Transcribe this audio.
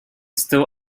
still